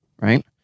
right